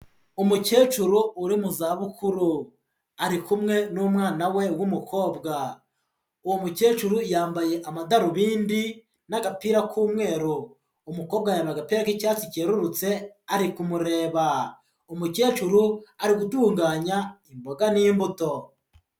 Umukecuru uri mu za bukuru, ari kumwe n'umwana we w'umukobwa. Uwo mukecuru yambaye amadarubindi n'agapira k'umweru. Umukobwa yambaye agapira k'icyatsi kerurutse ari kumureba. Umukecuru ari gutunganya imboga n'imbuto.